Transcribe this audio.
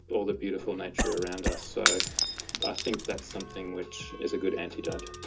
all the beautiful nature around us. so i think that something which is a good antidote.